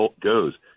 goes